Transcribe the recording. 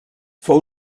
fou